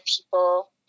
people